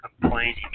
complaining